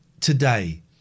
today